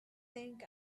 think